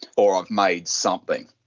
or i've made something.